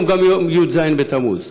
היום גם י"ז בתמוז.